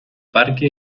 parque